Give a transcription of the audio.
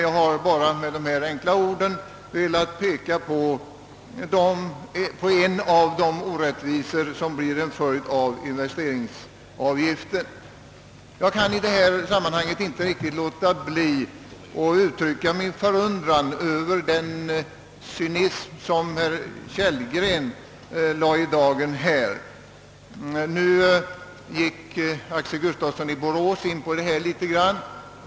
Jag har med dessa ord bara velat peka på en av de orättvisor som blir en följd av investeringsavgiften. Jag kan i detta sammanhang inte låta bli att uttrycka min förundran över den cynism som herr Kellgren lade i dagen här. Herr Axel Gustafsson i Borås har redan varit inne på detta ämne i ett bemötande.